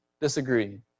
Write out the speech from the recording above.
disagree